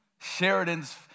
Sheridan's